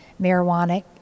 marijuana